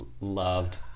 loved